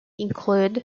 include